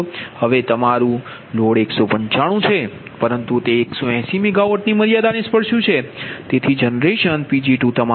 હવે તમારું લોડ 195 છે પરંતુ તે 180 મેગાવોટની મર્યાદાને સ્પર્શ્યું છે